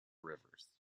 rivers